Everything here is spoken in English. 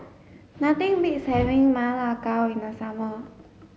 nothing beats having Ma Lai Gao in the summer